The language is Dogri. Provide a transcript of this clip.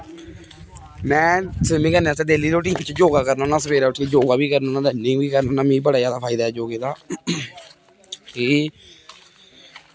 में स्विमिंग करने आस्तै डेली रूटीन च योगा करना होना सबैह्रे उट्ठियै योगा बी करना होना रनिंग बी करना होना मिगी बड़ा जादा फायदा ऐ योगे दा की